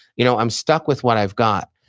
you know i'm stuck with what i've got,